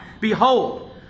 Behold